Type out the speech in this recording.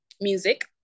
music